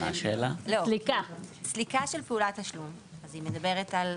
סליקה של פעולת תשלום, אז היא מדברת על,